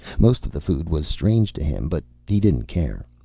most of the food was strange to him, but he didn't care.